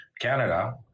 Canada